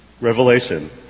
Revelation